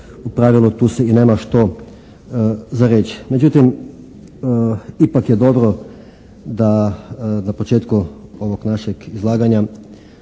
u pravilu tu se i nema što za reći. Međutim ipak je dobro da na početku ovog našeg izlaganja